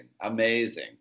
Amazing